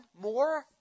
more